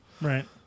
right